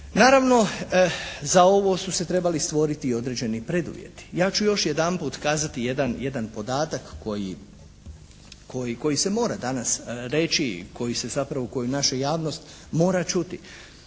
naravno za ovo su se trebali stvoriti i određeni preduvjeti. Ja ću još jedanput kazati jedan podatak koji se mora danas reći i koji se zapravo, koju naša javnost mora čuti.